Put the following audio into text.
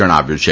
જણાવ્યું છે